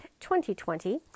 2020